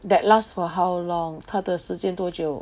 that last for how long 他的时间多久